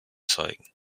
zeigen